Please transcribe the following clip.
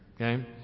Okay